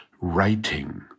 writing